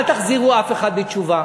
אל תחזירו אף אחד בתשובה.